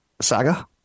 Saga